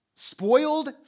Spoiled